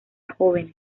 jóvenes